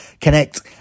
connect